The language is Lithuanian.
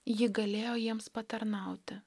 ji galėjo jiems patarnauti